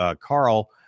Carl